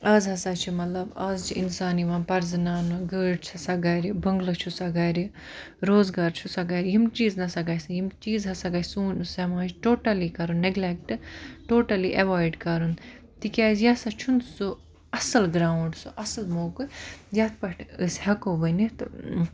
از ہَسا چھ مَطلَب از چھِ اِنسان یِوان پَرٛزٕناونہٕ گٲڑۍ چھَسا گَرِ بٔنٛگلہٕ چھُسا گَرِ روزگار چھُسا گَرِ یِم چیٖز نَسا گَژھِ نہٕ یِم چیٖز ہَسا گَژھِ سون سَماج ٹوٹلی کَرُن نیٚگلیٚکٹ ٹوٹَلی ایٚوایِڈ کَرُن تِکیٛاز یہِ ہَسا چھُنہٕ سُہ اصٕل گرٛاوُنٛڈ سُہ اصٕل موقعہٕ یتھ پیٚٹھ أسۍ ہیٚکو ؤنِتھ